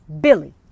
Billy